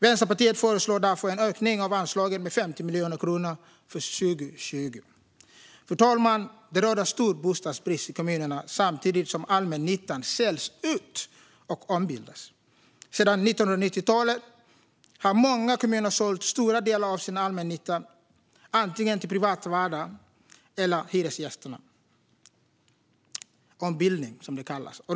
Vänsterpartiet föreslår därför en ökning av anslaget med 50 miljoner kronor för 2020. Fru talman! Det råder stor bostadsbrist i kommunerna samtidigt som allmännyttan säljs ut och ombildas. Sedan 1990-talet har många kommuner sålt stora delar av sin allmännytta antingen till privatvärdar eller till hyresgästerna. Det kallas ombildning.